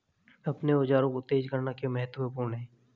अपने औजारों को तेज करना क्यों महत्वपूर्ण है?